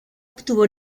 obtuvo